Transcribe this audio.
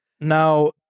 Now